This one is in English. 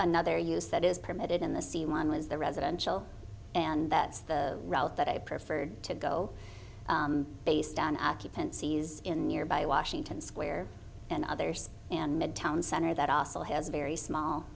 another use that is permitted in the c one was the residential and that's the route that i preferred to go based on occupancy is in nearby washington square and others and midtown center that also has a very small